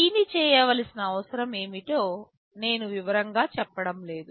దీన్ని చేయవలసిన అవసరం ఏమిటో నేను వివరంగా చెప్పడం లేదు